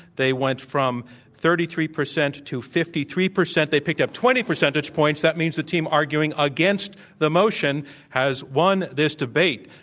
they went from thirty three percent to fifty three percent. they picked up twenty percentage points. that means the team arguing against the motion has won this debate,